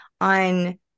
on